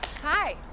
Hi